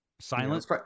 Silence